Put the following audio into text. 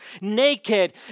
naked